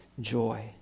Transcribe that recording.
joy